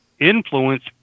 influence